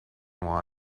while